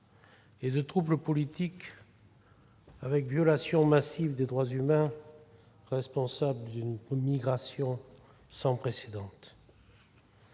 et de troubles politiques assortis de violations massives des droits humains, responsables d'une migration sans précédent.